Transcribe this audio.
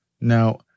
Now